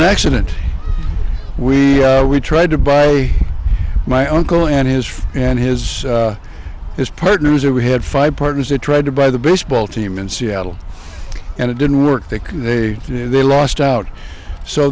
an accident we we tried to buy my uncle and his and his his partners or we had five partners that tried to buy the baseball team in seattle and it didn't work that they lost out so